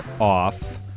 off